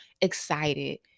excited